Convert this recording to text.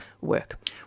work